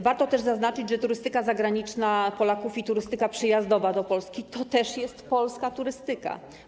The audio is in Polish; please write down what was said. Warto też zaznaczyć, że turystyka zagraniczna Polaków i turystyka przyjazdowa do Polski to też jest polska turystyka.